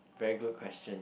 very good question